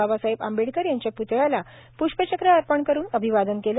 बाबासाहेब आंबेडकर यांच्या पृतळयास पष्पचक्र अर्पण करुन अभिवादन केलं